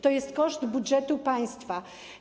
To jest koszt budżetu państwa.